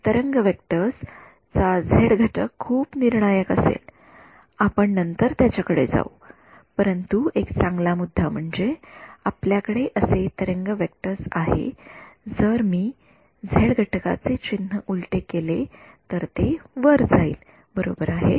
तरंग vectors चा Z घटक खूप निर्णायक असेल आपण नंतर त्याच्याकडे येऊ परंतु एक चांगला मुद्दा म्हणजे आपल्याकडे असे तरंग व्हेक्टर्स आहे जर मी झेड घटकाचे चिन्ह उलटे केले तर ते वर जाईल बरोबर आहे